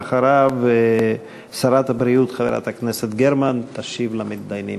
ואחריו שרת הבריאות חברת הכנסת גרמן תשיב למתדיינים.